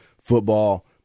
football